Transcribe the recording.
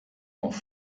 noch